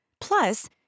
Plus